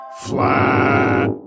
flat